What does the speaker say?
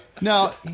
Now